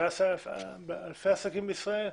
אלפי עסקים בישראל,